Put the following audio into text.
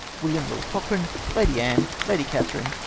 william lord cochran, lady anne, lady catherine,